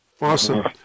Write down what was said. Awesome